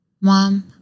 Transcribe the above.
mom